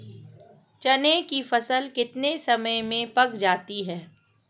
चने की फसल कितने समय में पक जाती है?